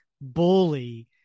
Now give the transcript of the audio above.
bully